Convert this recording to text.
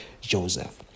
Joseph